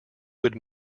would